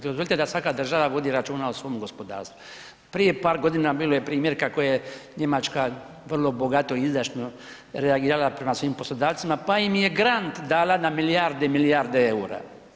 Dozvolite da svaka država vodi računa o svom gospodarstvu, prije par godina bilo je primjerka koji je Njemačka vrlo bogato i izdašno reagirala prema svim poslodavcima pa im je Grant dala na milijarde i milijarde eura.